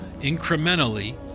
incrementally